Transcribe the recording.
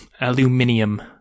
Aluminium